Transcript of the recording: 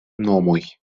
nomoj